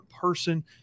person